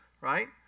right